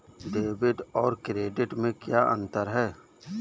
Debit और credit में क्या अंतर है?